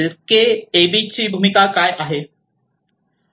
एलकेएबीने काय भूमिका घ्यावी